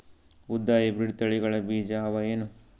ಉದ್ದ ಹೈಬ್ರಿಡ್ ತಳಿಗಳ ಬೀಜ ಅವ ಏನು?